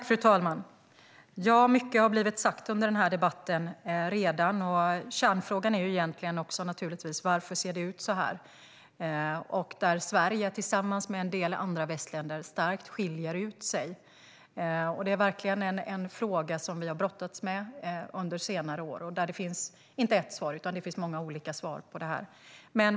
Fru talman! Mycket har redan blivit sagt under den här debatten, och kärnfrågan är naturligtvis varför det ser ut så här. Där skiljer Sverige tillsammans med en del andra västländer starkt ut sig. Det är verkligen en fråga som vi har brottats med under senare år och som inte har ett utan många olika svar.